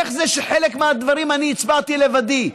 איך זה שבחלק מהדברים אני הצבעתי לבדי.